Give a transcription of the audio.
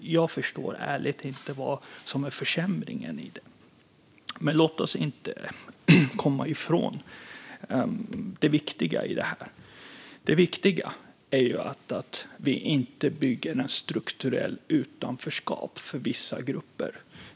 Jag förstår ärligt inte vad som är försämringen i det. Men låt oss inte komma ifrån det viktiga i detta. Det viktiga är att vi inte bygger ett strukturellt utanförskap för vissa grupper.